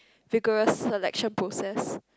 vigorous selection process